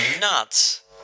nuts